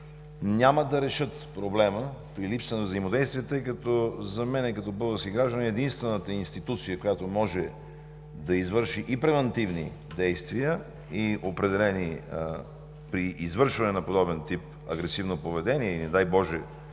няма да решат проблема при липса на взаимодействие, тъй като за мен, като български гражданин, единствената институция, която може да извърши и превантивни действия, определени при извършване на подобен тип агресивно поведение, и не дай боже,